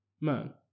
man